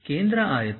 ಕೇಂದ್ರ ಆಯತ